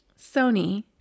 Sony